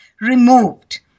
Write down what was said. removed